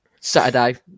Saturday